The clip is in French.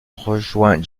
rejoint